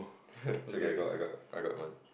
it's okay I got I got I got one